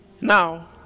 now